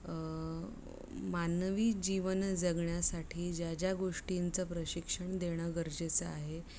मानवी जीवन जगण्यासाठी ज्या ज्या गोष्टींचं प्रशिक्षण देणं गरजेचं आहे